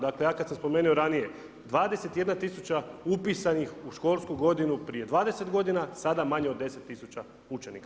Dakle, ja kad sam spomenuo ranije 21 tisuća upisanih u školsku godine prije 20 godina, sada manje od 10 tisuća učenika.